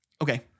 Okay